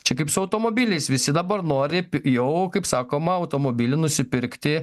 čia kaip su automobiliais visi dabar nori jau kaip sakoma automobilį nusipirkti